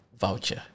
voucher